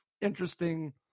interesting